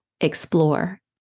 explore